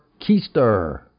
Keister